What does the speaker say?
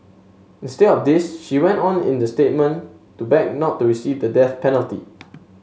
instead of this she went on in the statement to beg not to receive the death penalty